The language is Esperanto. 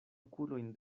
okulojn